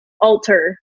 alter